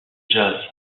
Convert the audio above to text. jazz